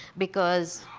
because,